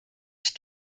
ich